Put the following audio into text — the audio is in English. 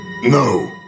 No